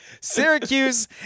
Syracuse